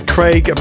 Craig